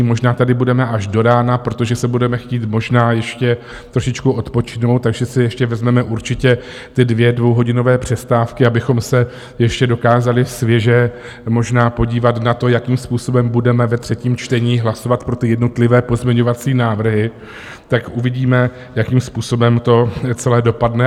Možná tady budeme až do rána, protože si budeme chtít možná ještě trošičku odpočinout, takže si ještě vezmeme určitě ty dvě dvouhodinové přestávky, abychom se ještě dokázali svěže možná podívat na to, jakým způsobem budeme ve třetím čtení hlasovat pro ty jednotlivé pozměňovací návrhy, tak uvidíme, jakým způsobem to celé dopadne.